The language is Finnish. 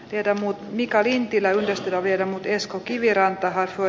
tiedä muut viikarin tilalla pystytään vielä esko kiviranta osui